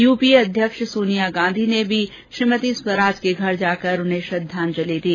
UPA अध्यक्ष सोनिया गांधी ने भी सुषमा स्वराज के घर जाकर श्रद्वांजलि दी